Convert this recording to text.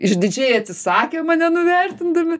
išdidžiai atsisakė mane nuvertindami